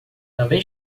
também